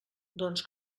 doncs